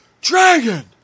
Dragon